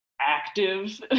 active